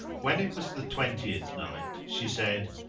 when it was the twentieth night, she said,